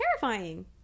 terrifying